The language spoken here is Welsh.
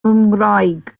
ngwraig